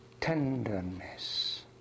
tenderness